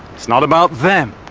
it's not about them,